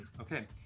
Okay